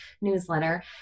newsletter